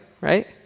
right